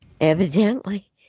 evidently